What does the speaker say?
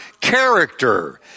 character